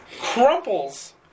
Crumples